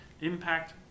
Impact